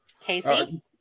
Casey